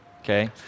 Okay